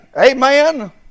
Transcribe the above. Amen